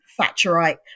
Thatcherite